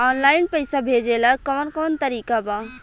Online पइसा भेजेला कवन कवन तरीका बा?